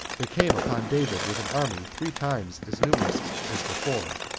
they came upon david with an army three times as numerous as before,